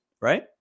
right